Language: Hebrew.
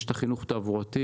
יש את החינוך התעבורתי,